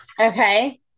okay